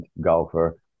golfer